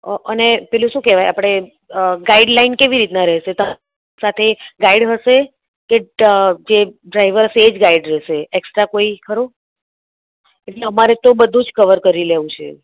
અ અને પેલું શું કહેવાય આપણે ગાઈડલાઈન કેવી રીતના રહેશે સાથે ગાઈડ હશે કે જે ડ્રાઈવર છે એ જ ગાઈડ રહેશે એક્સ્ટ્રા કોઈ ખરું એટલે અમારે તો બધું જ કવર કરી લેવું છે